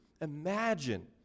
imagine